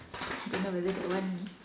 I don't know whether that one